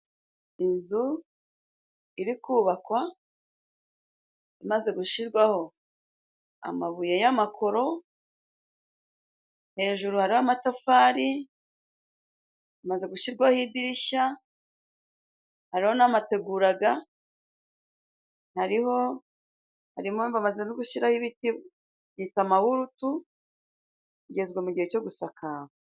Inzu iri kubakwa imaze gushirwaho amabuye y'amakoro, hejuru hariho amatafari, imaze gushyirwaho idirishya, hariho n'amateguraga, harimo bamaze no gushyiraho ibiti bita amaburutu, igeze mu gihe cyo gusakara.